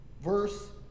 verse